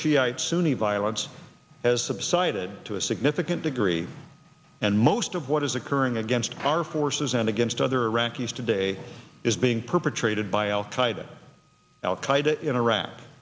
shiite sunni violence has subsided to a significant degree and most of what is occurring against our forces and against other iraqis today is being perpetrated by al